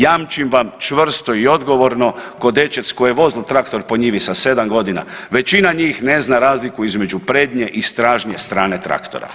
Jamčim vam čvrsto i odgovorno ko dečec koji je vozil traktor po njivi sa 7 godina, većina njih ne zna razliku između prednje i stražnje strane traktora.